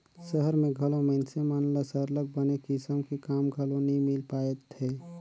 सहर में घलो मइनसे मन ल सरलग बने किसम के काम घलो नी मिल पाएत हे